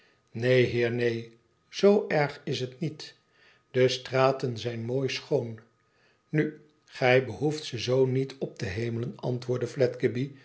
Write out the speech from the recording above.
ineen heer neen zoo erg is het niet de straten zijn mooi schoon nu gij behoeft ze zoo niet op te hemelen antwoordde